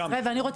גם.